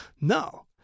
no